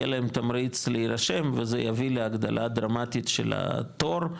יהיה להם תמריץ להירשם וזה יביא להגדלה דרמטית של התור,